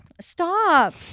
Stop